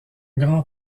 grand